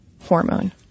hormone